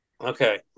Okay